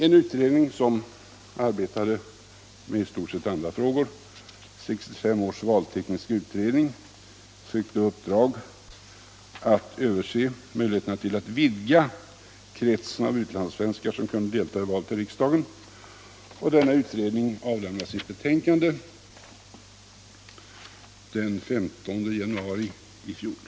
En utredning som arbetade med i stort sett andra frågor — 1965års valtekniska utredning — fick i uppdrag att överse möjligheterna att vidga kretsen av utlandssvenskar som kunde delta i val till riksdagen. Denna utredning avlämnade sitt betänkande den 15 januari i fjol.